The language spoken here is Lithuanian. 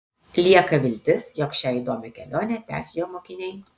lieka viltis jog šią įdomią kelionę tęs jo mokiniai